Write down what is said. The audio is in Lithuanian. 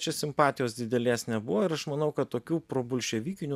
čia simpatijos didelės nebuvo ir aš manau kad tokių probolševikinių